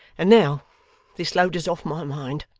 and now this load is off my mind,